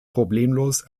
problemlos